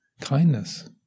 kindness